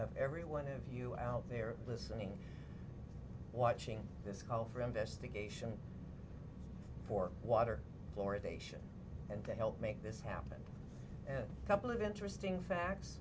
of every one of you out there listening watching this call for investigation for water fluoridation and to help make this happen and a couple of interesting facts